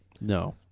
No